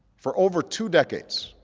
for over two decades,